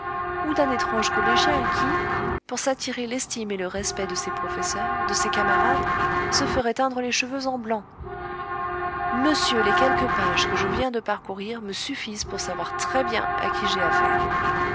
ou d'un étrange collégien qui pour s'attirer l'estime et le respect de ses professeurs de ses camarades se ferait teindre les cheveux en blanc monsieur les quelques pages que je viens de parcourir me suffisent pour savoir très bien à qui j'ai affaire